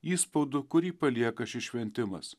įspaudu kurį palieka šis šventimas